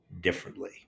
differently